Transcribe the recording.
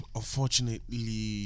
unfortunately